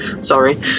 Sorry